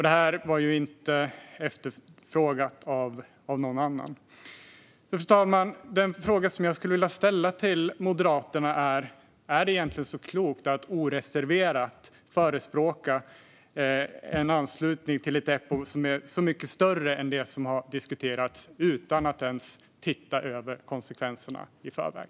Detta var inte efterfrågat av någon annan. Fru talman! Den fråga som jag skulle vilja ställa till Moderaterna är om det egentligen är så klokt att oreserverat förespråka en anslutning till ett Eppo som är så mycket större än det som har diskuterats utan att ens titta över konsekvenserna i förväg.